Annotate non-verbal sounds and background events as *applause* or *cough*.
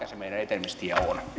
*unintelligible* se meidän etenemistiemme on